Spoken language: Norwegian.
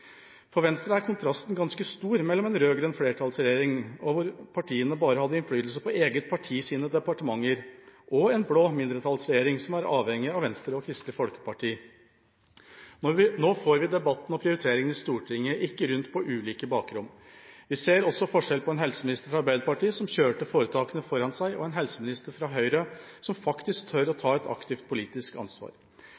For Venstre er kontrasten ganske stor mellom en rød-grønn flertallsregjering, og hvor partiene bare hadde innflytelse på eget partis departementer, og en blå mindretallsregjering som er avhengig av Venstre og Kristelig Folkeparti. Nå får vi debatten om prioriteringene i Stortinget – ikke rundt om på ulike bakrom. Vi ser også forskjellen på en helseminister fra Arbeiderpartiet, som kjørte foretakene foran seg, og en helseminister fra Høyre, som faktisk tør å